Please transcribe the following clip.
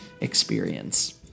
experience